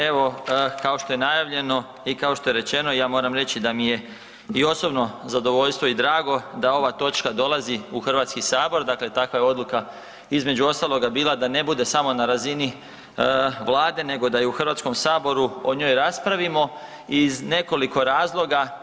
Evo kao što je najavljeno i kao što je rečeno ja moram reći da mi je osobno zadovoljstvo i drago da ova točka dolazi u HS, dakle takav je odluka između ostaloga bila da ne bude samo na razini Vlade nego da i u HS-u o njoj raspravimo iz nekoliko razloga.